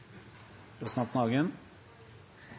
representanten Hagen